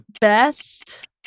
Best